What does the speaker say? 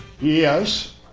Yes